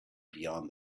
beyond